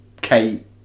Kate